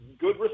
good